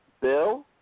Bill